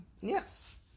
Yes